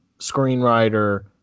screenwriter